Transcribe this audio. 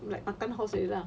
like makan house like that lah